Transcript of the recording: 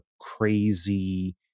crazy